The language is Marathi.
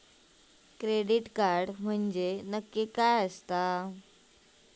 क्रेडिट कार्ड म्हंजे नक्की काय आसा?